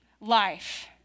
life